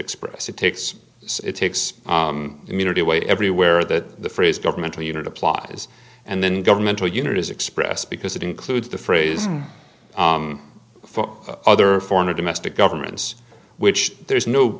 express it takes its immunity away everywhere that the phrase governmental unit applies and then governmental unit is expressed because it includes the phrase for other foreign or domestic governments which there's n